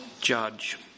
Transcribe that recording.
judge